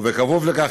ובכפוף לכך,